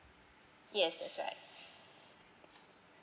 yes that's right